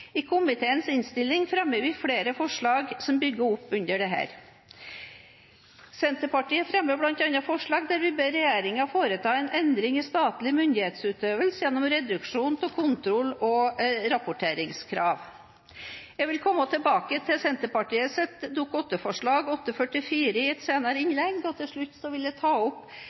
I komiteens innstilling fremmer vi flere forslag som bygger opp under dette. Senterpartiet fremmer bl.a. et forslag der vi ber regjeringen foreta en endring i statlig myndighetsutøvelse gjennom en reduksjon av kontroll- og rapporteringskrav. Jeg vil komme tilbake til Senterpartiets Dokument 8-forslag, Dokument 8:44, i et senere innlegg. Til slutt vil jeg ta opp